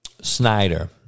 Snyder